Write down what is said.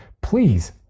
please